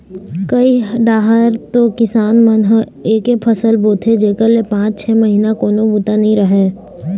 कइ डाहर तो किसान मन ह एके फसल बोथे जेखर ले पाँच छै महिना कोनो बूता नइ रहय